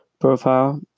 profile